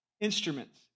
instruments